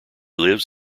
lives